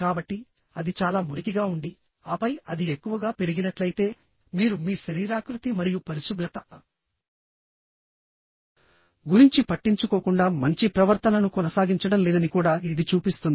కాబట్టి అది చాలా మురికిగా ఉండి ఆపై అది ఎక్కువగా పెరిగినట్లయితే మీరు మీ శరీరాకృతి మరియు పరిశుభ్రత గురించి పట్టించుకోకుండా మంచి ప్రవర్తనను కొనసాగించడం లేదని కూడా ఇది చూపిస్తుంది